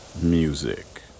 music